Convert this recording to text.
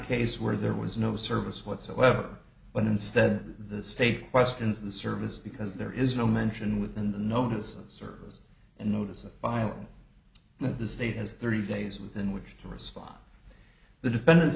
case where there was no service whatsoever but instead the state questions the service because there is no mention within the notice of service and notice of file that the state has thirty days within which to respond the defendant's